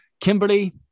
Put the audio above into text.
Kimberly